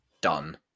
done